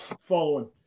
following